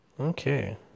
Okay